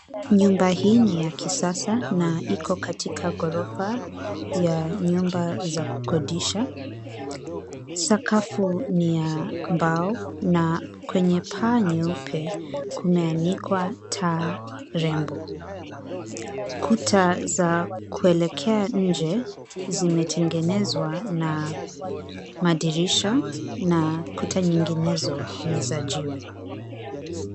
Nyumba hii ni ya kisasa na iko katika ghorofa ya nyumba za kukodisha. Sakafu ni ya mbao na kwenye paa nyeupe kumeanikwa taa rembo. Kuta za kuelekea nje zimetengenezwa na madirisha na kuta nyinginezo ni za jiwe.